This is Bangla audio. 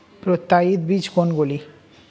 প্রত্যায়িত বীজ কোনগুলি?